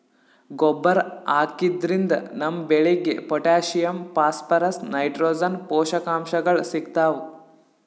ಗೊಬ್ಬರ್ ಹಾಕಿದ್ರಿನ್ದ ನಮ್ ಬೆಳಿಗ್ ಪೊಟ್ಟ್ಯಾಷಿಯಂ ಫಾಸ್ಫರಸ್ ನೈಟ್ರೋಜನ್ ಪೋಷಕಾಂಶಗಳ್ ಸಿಗ್ತಾವ್